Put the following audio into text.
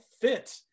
fit